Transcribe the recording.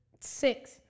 six